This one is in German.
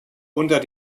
unter